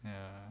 ya